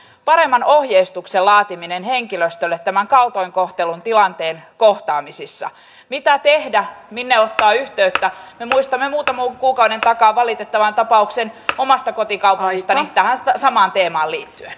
paremman ohjeistuksen laatiminen henkilöstölle tämän kaltoinkohtelutilanteen kohtaamisissa mitä tehdä minne ottaa yhteyttä me muistamme muutaman kuukauden takaa valitettavan tapauksen omasta kotikaupungistani tähän samaan teemaan liittyen